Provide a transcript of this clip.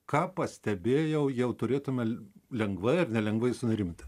ką pastebėję jau turėtume lengvai ar nelengvai sunerimti